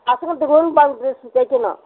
பசங்கள்து uniform dress தைக்கணும்